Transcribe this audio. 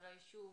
של היישוב,